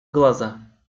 глаза